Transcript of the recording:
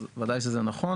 וודאי שזה נכון,